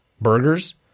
burgers